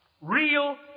real